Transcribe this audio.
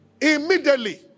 immediately